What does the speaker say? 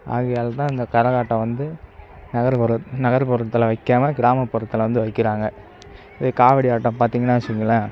ஆகையால் தான் இந்த கரகாட்டம் வந்து நகர்ப்புறத்தில் நகர்ப்புறத்தில் வந்து வைக்காமல் கிராமப்புறத்தில் வந்து வைக்கிறாங்க இதே காவடி ஆட்டம் பார்த்தீங்னா வச்சுக்குங்களேன்